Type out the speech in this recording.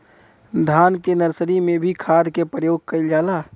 धान के नर्सरी में भी खाद के प्रयोग कइल जाला?